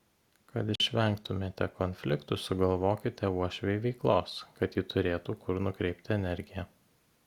kad išvengtumėte konfliktų sugalvokite uošvei veiklos kad ji turėtų kur nukreipti energiją